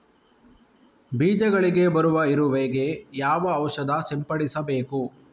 ಬೀಜಗಳಿಗೆ ಬರುವ ಇರುವೆ ಗೆ ಯಾವ ಔಷಧ ಸಿಂಪಡಿಸಬೇಕು?